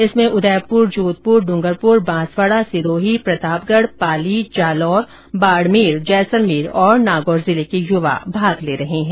इसमें उदयपुर जोधपुर ड्रंगरपुर बांसवाड़ा सिरोही प्रतापगढ पाली जालौर बाड़मेर जैसलमेर और नागौर जिले के युवा भाग ले रहे हैं